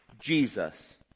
Jesus